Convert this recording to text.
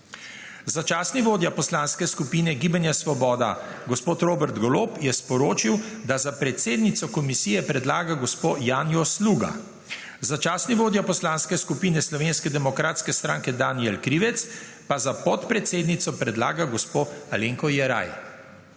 Začasni vodja poslanske skupine Gibanja Svoboda gospod Robert Golob je sporočil, da za predsednico komisije predlaga gospo Janjo Sluga. Začasni vodja poslanske skupine Slovenske demokratske stranke Danijel Krivec pa za podpredsednico predlaga gospo Alenko Jeraj.